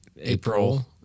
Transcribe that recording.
April